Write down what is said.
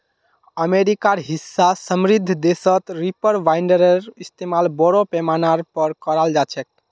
अमेरिकार हिस्सा समृद्ध देशत रीपर बाइंडरेर इस्तमाल बोरो पैमानार पर कराल जा छेक